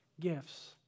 gifts